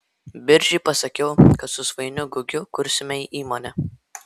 biržiui pasakiau kad su svainiu gugiu kursime įmonę